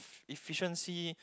efficiency